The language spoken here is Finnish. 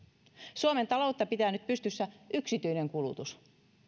suomen taloutta pitää nyt pystyssä yksityinen kulutus